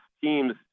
teams